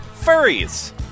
furries